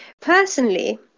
personally